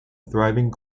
thriving